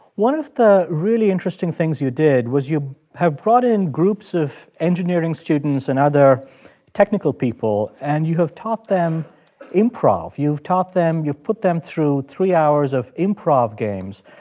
one of the really interesting things you did was you have brought in groups of engineering students and other technical people, and you have taught them improv. you've taught them you've put them through three hours of improv games.